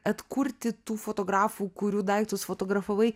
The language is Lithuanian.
atkurti tų fotografų kurių daiktus fotografavai